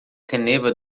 teneva